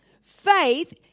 Faith